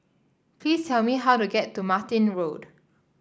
please tell me how to get to Martin Road